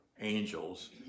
angels